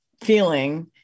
feeling